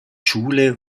schule